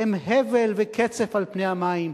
הם הבל וקצף על פני המים.